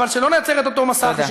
אבל שלא נייצר את המסך הזה,